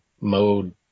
mode